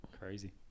Crazy